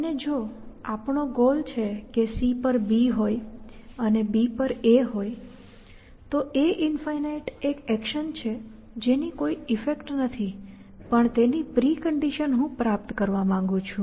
અને જો આપણો ગોલ છે કે C પર B હોય અને B પર A હોય તો a∞ એક એક્શન છે જેની કોઈ ઈફેક્ટ નથી પણ તેની પ્રિકન્ડિશન હું પ્રાપ્ત કરવા માંગું છું